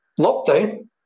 lockdown